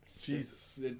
Jesus